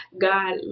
God